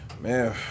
Man